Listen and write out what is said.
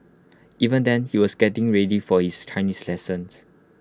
even then he was getting ready for his Chinese lessons